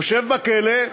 יושב בכלא,